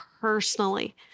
personally